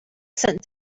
sent